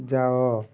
ଯାଅ